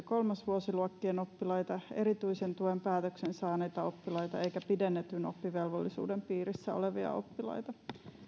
kolmosvuosiluokkien oppilaita erityisen tuen päätöksen saaneita oppilaita eikä pidennetyn oppivelvollisuuden piirissä olevia oppilaita